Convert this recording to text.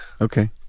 okay